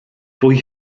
fwy